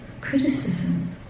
criticism